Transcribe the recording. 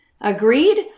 Agreed